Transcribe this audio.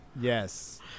Yes